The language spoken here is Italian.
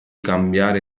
cambiare